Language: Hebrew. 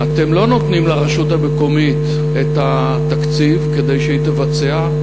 אתם לא נותנים לרשות המקומית את התקציב כדי שהיא תבצע,